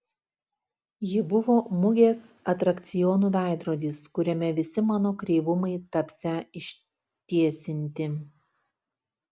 ji buvo mugės atrakcionų veidrodis kuriame visi mano kreivumai tapsią ištiesinti